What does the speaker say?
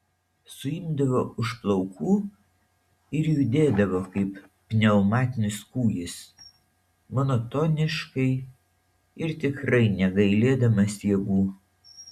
suimdavo už plaukų ir judėdavo kaip pneumatinis kūjis monotoniškai ir tikrai negailėdamas jėgų